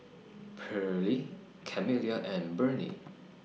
Perley Camilla and Bernie